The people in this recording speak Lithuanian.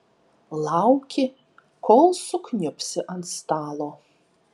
lauki kol sukniubsi ant stalo